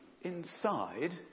inside